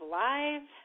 live